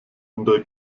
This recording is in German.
unter